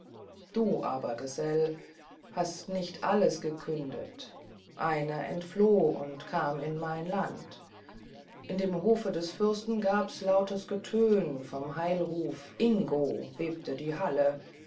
du aber gesell hast nicht alles gekündet einer entfloh und kam in mein land in dem hofe des fürsten gab's lautes getön vom heilruf ingo bebte die halle